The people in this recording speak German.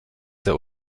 sehr